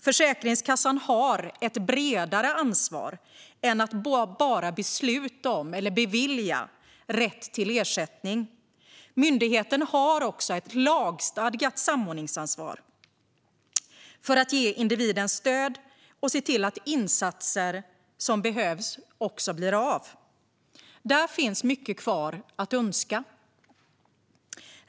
Försäkringskassan har ett bredare ansvar än att bara besluta om ersättning. Myndigheten har också ett lagstadgat samordningsansvar för att ge individen stöd och se till att de insatser som behövs blir av. Här finns mycket kvar att göra.